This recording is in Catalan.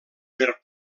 per